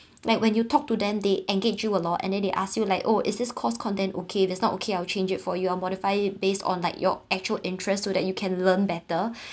like when you talk to them they engage you a lot and then they ask you like oh is this course content okay that's not okay I'll change it for you I'll modify it based on like your actual interest so that you can learn better